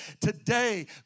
Today